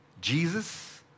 Jesus